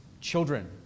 children